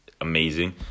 amazing